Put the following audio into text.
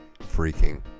freaking